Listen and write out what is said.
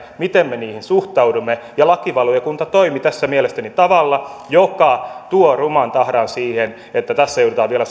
miten me niihin suhtaudumme ja lakivaliokunta toimi tässä mielestäni tavalla joka tuo ruman tahran siihen että tästä joudutaan vielä